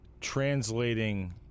translating